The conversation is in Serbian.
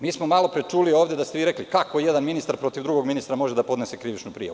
Malopre smo čuli ovde da ste vi rekli – kako jedan ministar protiv drugog ministra može da podnese krivičnu prijavu?